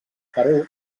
perú